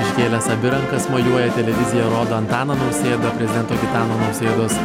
iškėlęs abi rankas mojuoja televizija rodo antaną nausėdą prezidento gitano nausėdos